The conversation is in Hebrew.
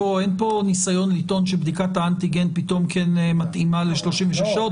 אין פה ניסיון לטעון שבדיקת האנטיגן פתאום מתאימה ל-36 שעות.